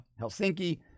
Helsinki